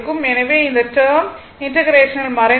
எனவே இந்த டெர்ம் இண்டெகரேஷனில் மறைந்துவிடும்